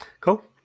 Cool